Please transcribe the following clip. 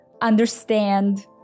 understand